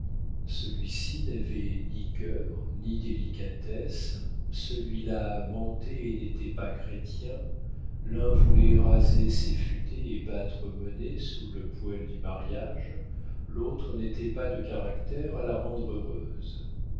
celui-ci n'avait ni cœur ni délicatesse celui-là mentait et n'était pas chrétien l'un voulait raser ses futaies et battre monnaie sous le poêle du mariage l'autre n'était pas de caractère à la rendre heureuse